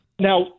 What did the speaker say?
now